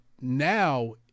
now